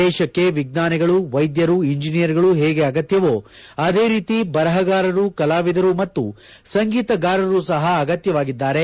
ದೇಶಕ್ಕೆ ವಿಜ್ಞಾನಿಗಳು ವೈದ್ದರು ಇಂಜಿನಿಯರ್ಗಳು ಹೇಗೆ ಅಗತ್ತವೊ ಅದೇರೀತಿ ಬರಹಗಾರರು ಕಲಾವಿದರು ಮತ್ತು ಸಂಗೀತಗಾರರು ಸಹ ಅಗತ್ಯವಾಗಿದ್ದಾರೆ